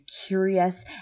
curious